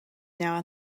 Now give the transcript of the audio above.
now